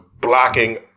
blocking